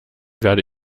werde